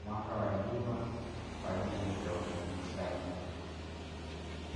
mwanga wa jua kwa ajili ya urutubishaji.